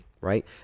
right